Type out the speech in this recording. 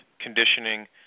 conditioning